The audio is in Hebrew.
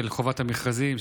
של חובת המכרזים,